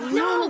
no